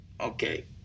Okay